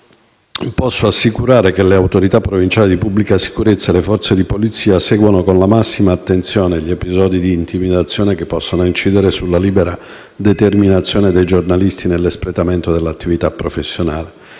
posso assicurare che le autorità provinciali di pubblica sicurezza e le forze di polizia seguono con la massima attenzione gli episodi di intimidazione che possano incidere sulla libera determinazione dei giornalisti nell'espletamento dell'attività professionale.